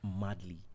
Madly